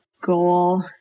goal